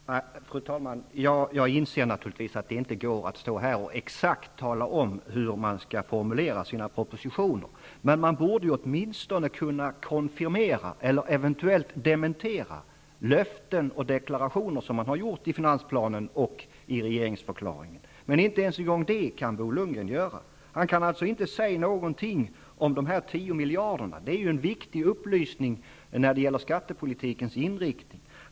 Fru talman! Jag inser naturligtvis att det inte är möjligt att här tala om exakt hur man skall formulera sina propositioner, men man borde ju åtminstone kunna konfirmera eller eventuellt dementera löften och deklarationer som man har gjort i finansplanen och i regeringsförklaringen. Inte ens det kan Bo Lundgren göra. Han kan alltså inte säga någonting om de 10 miljarderna. Det är ju en viktig upplysning när det gäller skattepolitikens inriktning.